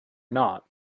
not